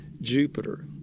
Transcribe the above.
Jupiter